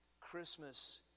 Christmas